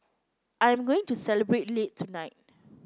I am going to celebrate late tonight